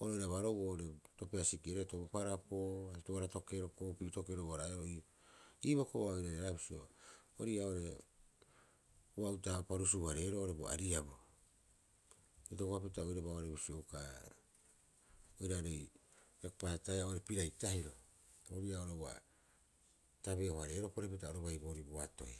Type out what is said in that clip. oru oira baroou oo'ore topisiki'i reetoro, bo parapo, hatuara tokero koopii tokero o araa'e'oo. Ii boo ko'e ua oirareraeaa bisio orii ii'aa oo'ore ua uta'aha o prusuu- hareeroo oo'ore bo ariabu. Itokopapita oiraba oo'ore bo suukaa oiraare a paataea pirai tahiro oira ua tabeo- hareero boorii boatoi.